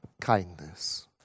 kindness